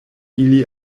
ili